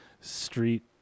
street